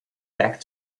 back